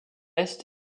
est